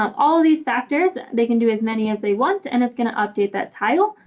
all these factors they can do as many as they want and it's going to update that title.